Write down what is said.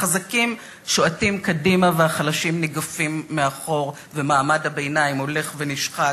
החזקים שועטים קדימה והחלשים ניגפים מאחור ומעמד הביניים הולך ונשחק,